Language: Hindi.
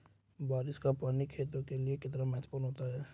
बारिश का पानी खेतों के लिये कितना महत्वपूर्ण होता है?